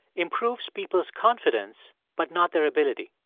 improves people's confidence but not their ability.